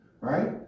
Right